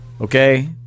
Okay